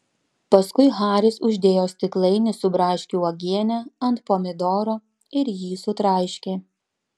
paskui haris uždėjo stiklainį su braškių uogiene ant pomidoro ir jį sutraiškė